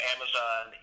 Amazon